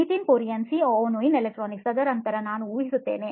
Nitin Kurian COO ನೋಯಿನ್ electronics ತದನಂತರ ನಾವು ಊಹಿಸುತ್ತೇವೆ